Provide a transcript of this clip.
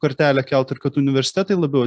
kartelę kelt ir kad universitetai labiau